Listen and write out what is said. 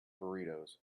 burritos